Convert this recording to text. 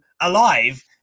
alive